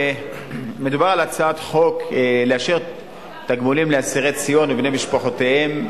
מדובר על הצעת חוק לאשר תגמולים לאסירי ציון ובני משפחותיהם,